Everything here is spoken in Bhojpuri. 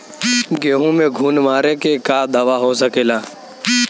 गेहूँ में घुन मारे के का दवा हो सकेला?